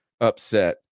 upset